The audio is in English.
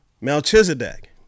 Melchizedek